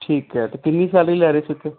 ਠੀਕ ਹੈ ਅਤੇ ਕਿੰਨੀ ਸੈਲਰੀ ਲੈ ਰਹੇ ਸੀ ਉੱਥੇ